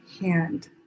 hand